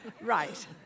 Right